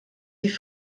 die